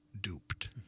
duped